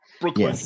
Brooklyn